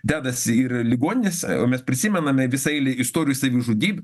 dedasi ir ligoninės a o mes prisimenam na visą eilę istorijų savižudybių